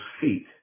feet